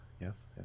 yes